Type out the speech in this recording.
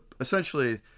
essentially